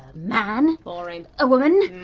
man? boring. a woman?